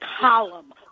column